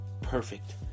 perfect